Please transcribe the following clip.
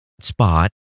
spot